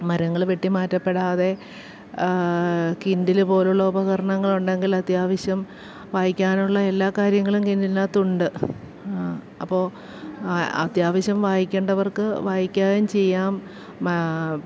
മരങ്ങള് വെട്ടിമാറ്റപ്പെടാതെ കിൻഡില് പോലുള്ള ഉപകരണങ്ങളുണ്ടെങ്കിൽ അത്യാവശ്യം വായിക്കാനുള്ള എല്ലാക്കാര്യങ്ങളും കിൻഡലിനകത്തുണ്ട് അപ്പോള് അ അത്യാവശ്യം വായിക്കേണ്ടവർക്ക് വായിക്കുകയും ചെയ്യാം മാ